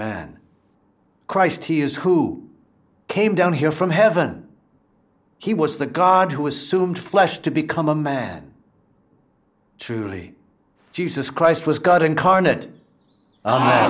man christ he is who came down here from heaven he was the god who assumed flesh to become a man truly jesus christ was god incarnate a